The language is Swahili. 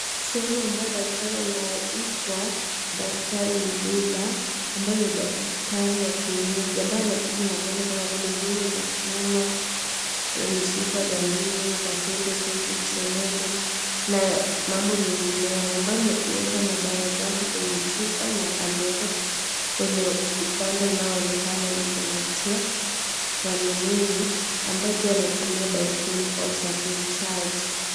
Sehemu ambaye daktari anayeitwa daktari Mduba ambaye ni daktari wa kienyeji ambaye anatibu magonjwa kama vile ;nguvu za kiume , mishiba za ngiri ,kaswende sugu, kisonono na mambo mengineo ambayo ameweka madawa yake kwenye chupa na ameweka kwenye upande unaoonekana ili kuvutia wanunuzi ambaye pia anatumia baisikeli kwa usafirishaji.